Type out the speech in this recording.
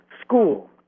school